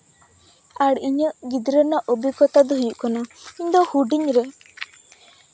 ᱟᱨ ᱤᱧᱟᱹᱜ ᱜᱤᱫᱽᱨᱟᱹ ᱨᱮᱭᱟᱜ ᱚᱵᱷᱤᱜᱽᱜᱚᱛᱟ ᱫᱚ ᱦᱩᱭᱩᱜ ᱠᱟᱱᱟ ᱤᱧ ᱫᱚ ᱦᱩᱰᱤᱧ ᱨᱮ